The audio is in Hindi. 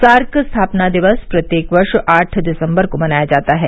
सार्क स्थापना दिवस प्रत्येक वर्ष आठ दिसम्बर को मनाया जाता है